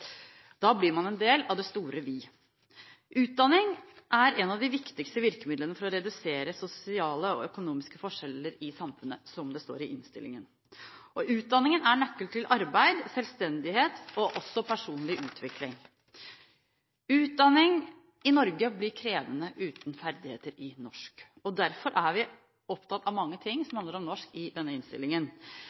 Da blir man en del av det store vi. «Utdanning er et av de viktigste virkemidlene for å redusere sosiale og økonomiske forskjeller i samfunnet», står det i innstillingen. Utdanning er nøkkelen til arbeid, selvstendighet og også personlig utvikling. Utdanning i Norge blir krevende uten ferdigheter i norsk. Derfor er man i denne innstillingen opptatt av mange ting som handler om norsk. Norskutvikling i